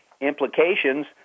implications